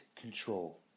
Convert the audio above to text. control